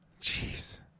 Jeez